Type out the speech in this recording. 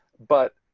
but